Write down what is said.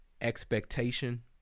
expectation